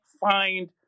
find